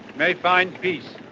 may find peace.